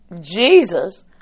Jesus